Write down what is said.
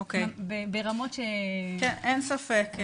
אין ספק.